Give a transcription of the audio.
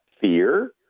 fear